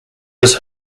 was